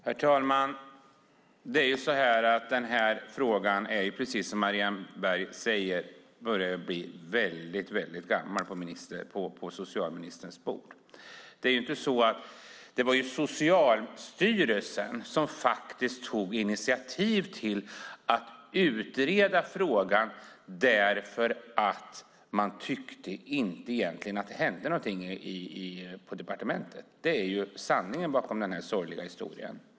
Herr talman! Precis som Marianne Berg säger börjar den här frågan bli väldigt gammal på socialministerns bord. Det var faktiskt Socialstyrelsen som tog initiativ till att utreda frågan för att man tyckte att det inte hände något på departementet. Det är sanningen bakom den här sorgliga historien.